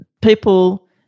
people